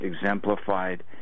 exemplified